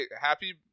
happy